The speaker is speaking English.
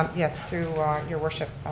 um yes, through ah your worship